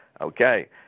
Okay